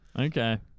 Okay